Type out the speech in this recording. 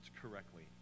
correctly